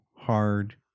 hard